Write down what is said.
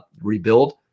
rebuild